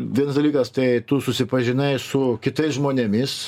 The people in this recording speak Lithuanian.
vienas dalykas tai tu susipažinai su kitais žmonėmis